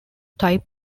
type